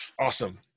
Awesome